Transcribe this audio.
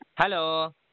Hello